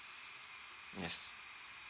yes